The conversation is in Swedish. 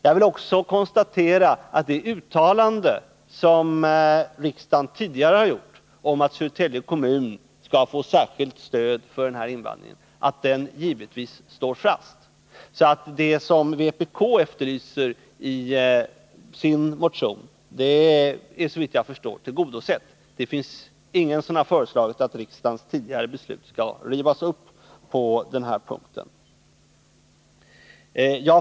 Jag vill också konstatera att det uttalande givetvis håller streck som riksdagen tidigare har gjort om att Södertälje kommun skall få särskilt stöd för den här invandringen. Vad vpk efterlyser i sin motion är, såvitt jag förstår, tillgodosett. Det är ingen som har föreslagit att riksdagens tidigare beslut skall rivas upp på den här punkten.